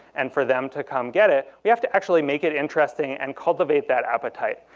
and for them to come get it we have to actually make it interesting and cultivate that appetite,